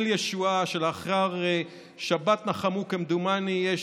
של ישועה שאחרי שבת "נחמו", כמדומני, יש